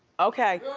okay.